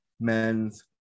men's